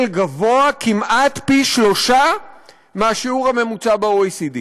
גבוה כמעט פי שלושה מהשיעור הממוצע ב-OECD.